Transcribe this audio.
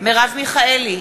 מרב מיכאלי,